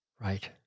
Right